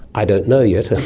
i don't know yet,